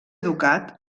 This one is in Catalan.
educat